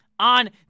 On